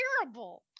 terrible